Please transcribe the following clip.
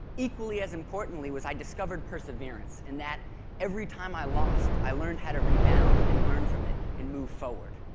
equally as importantly was i discovered perseverance, and that every time i lost i learned how to rebound, and learn from it, and move forward.